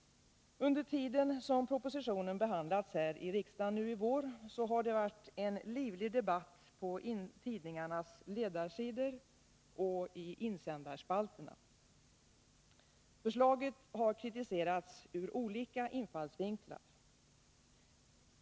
Under tiden som propositionen behandlats här i riksdagen nu i vår har det varit livlig debatt på tidningarnas ledarsidor och i insändarspalterna. Förslaget har kritiserats ur olika infallsvinklar.